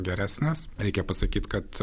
geresnės reikia pasakyt kad